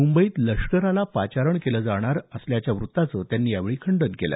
मुंबईत लष्कराला पाचारण केलं जाणार या वृत्ताचं त्यांनी यावेळी खंडन केलं